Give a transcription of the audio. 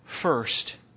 First